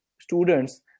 students